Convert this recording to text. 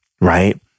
right